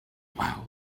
wow